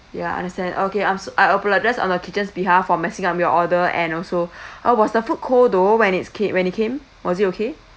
ya understand okay I'm so I apologise on our kitchen's behalf for messing up your order and also uh was the food cold though when it's ca~ when it came was it okay